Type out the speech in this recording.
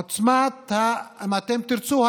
עוצמת האנושות, אם תרצו,